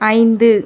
ஐந்து